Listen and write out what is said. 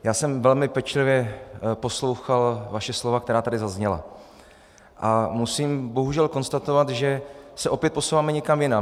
Já jsem velmi pečlivě poslouchal vaše slova, která tady zazněla, a musím bohužel konstatovat, že se opět posouváme někam jinam.